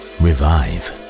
revive